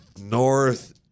north